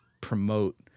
promote